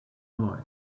boy